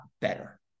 better